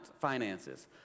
finances